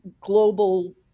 global